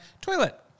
toilet